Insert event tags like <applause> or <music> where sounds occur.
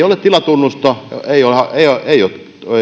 <unintelligible> ole tilatunnusta ei ole